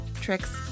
tricks